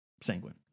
sanguine